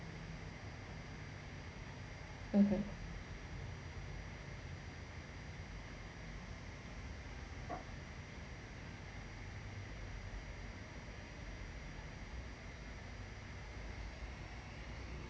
(uh huh)